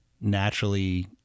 Naturally